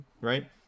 Right